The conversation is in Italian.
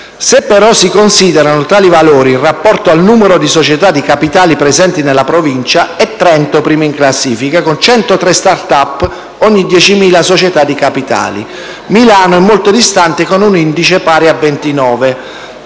Se però si considerano tali valori in rapporto al numero di società di capitali presenti nella Provincia, Trento è prima in classifica con 103 *start-up* ogni 10.000 società di capitali, mentre Milano è molto distante con un indice pari a 29.